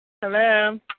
Hello